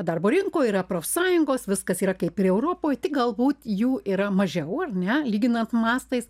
darbo rinkoj yra profsąjungos viskas yra kaip ir europoj tik galbūt jų yra mažiau ar ne lyginant mastais